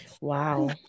Wow